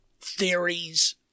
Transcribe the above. theories